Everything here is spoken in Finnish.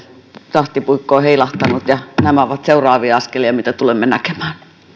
tahtipuikko on heilahtanut ja nämä ovat seuraavia askelia mitä tulemme näkemään